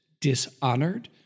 dishonored